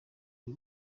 y’u